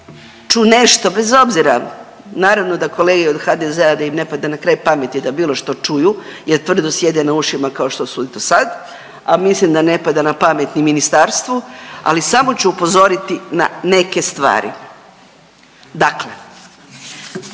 ću nešto, bez obzira, naravno da kolege od HDZ-a, da im ne pada na p kraj pameti da bilo što čuju jer tvrdo sjede na ušima kao što su i do sad, a mislim da ne pada na pamet ni Ministarstvu, ali samo ću upozoriti na neke stvari. Dakle